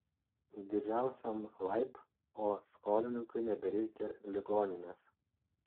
didžiausiam laib o skolininkui nebereikia ligoninės